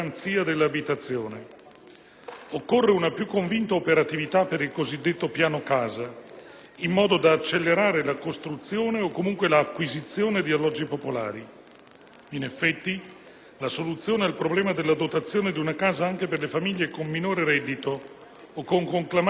Occorre una più convinta operatività per il cosiddetto Piano casa, in modo da accelerare la costruzione o comunque l'acquisizione di alloggi popolari. In effetti, la soluzione al problema della dotazione di una casa anche per le famiglie con minore reddito o con conclamate situazioni di disagio